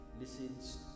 listens